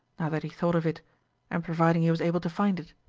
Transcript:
now that he thought of it and providing he was able to find it.